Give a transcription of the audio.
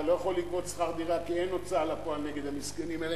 אתה לא יכול לגבות שכר דירה כי אין הוצאה לפועל נגד המסכנים האלה.